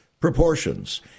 Proportions